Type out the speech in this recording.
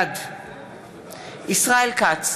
בעד ישראל כץ,